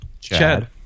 Chad